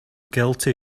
guilty